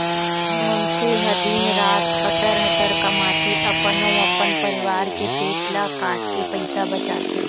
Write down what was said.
मनखे ह दिन रात हटर हटर कमाथे, अपन अउ अपन परवार के पेट ल काटके पइसा बचाथे